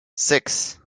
six